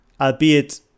albeit